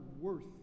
worth